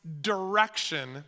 direction